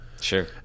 sure